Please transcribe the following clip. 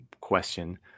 question